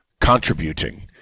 contributing